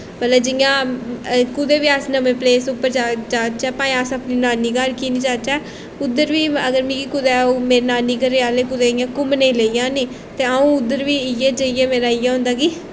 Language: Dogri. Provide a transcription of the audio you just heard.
मतलब जियां कुदै बी अस नमीं प्लेस उप्पर जाच्चै भाएं अस अपनी नानी घर की निं जाच्चै उद्धर बी मिगी कुतै नानी घरै आह्ले कुतै इ'यां घूमने गी लेई जान नी तां अ'ऊं उद्धर जाइयै मेरा इ'यै होंदा कि